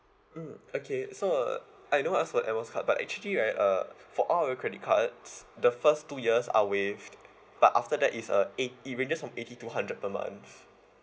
mm okay so uh I know ask for air miles card but actually right uh for all our credit cards the first two years are waived but after that it's uh eight it ranges from eighty to hundred per month